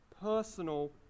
personal